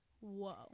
Whoa